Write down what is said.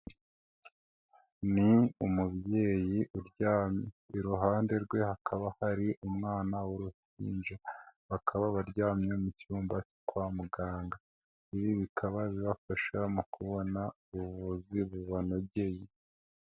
Ni umubyeyi uryamye iruhande rwe hakaba hari umwana w'uruhinja bakaba baryamye mu cyumba kwa muganga, ibi bikaba bibafasha mu kubona ubuvuzi bubanogeye.